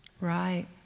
Right